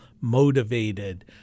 motivated